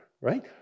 right